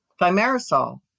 thimerosal